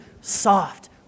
soft